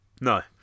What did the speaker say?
no